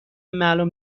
معلوم